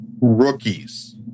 rookies